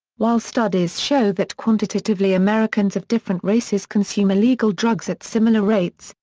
while studies show that quantitatively americans of different races consume illegal drugs at similar rates,